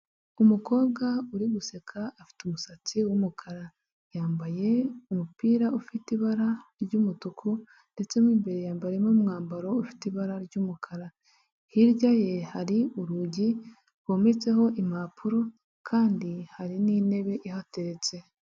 Umukobwa uri guseka afite umusatsi w'umukara, yambaye umupira ufite ibara ry'umutuku ndetse mo imbere yambariyemo n'umwambaro ufite ibara ry'umukara, hirya ye hari urugi rwometseho impapuro kandi hari n'intebe ihateretse.